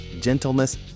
gentleness